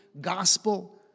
gospel